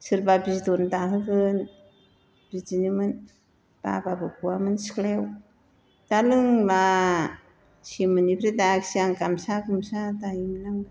सोरबा बिदन दाहोगोन बिदिनोमोन बाबाबो गवामोन सिख्लायाव दा रोंला सेमोननिफ्राय दायाखैसै आं गामसा गुमसा दायोमोन आंबो